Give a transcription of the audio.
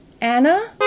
Anna